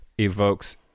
evokes